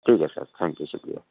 ٹھیک ہے sir thank you شُکریہ